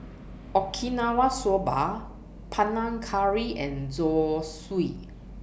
Okinawa Soba Panang Curry and Zosui